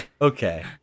okay